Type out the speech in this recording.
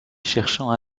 cherchant